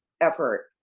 effort